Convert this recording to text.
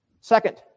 Second